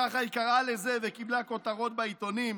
ככה היא קראה לזה וקיבלה כותרות בעיתונים.